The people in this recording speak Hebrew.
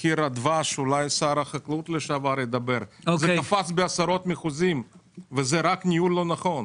על מחיר הדבש - זה קפץ בעשרות אחוזים רק בגלל ניהול לא נכון.